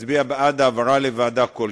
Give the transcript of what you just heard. אבל יכול להיות שהוא יציע לדון בזה בוועדה.